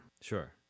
Sure